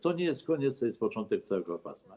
To nie jest koniec, to jest początek całego pasma.